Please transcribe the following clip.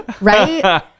right